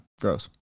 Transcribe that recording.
gross